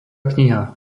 kniha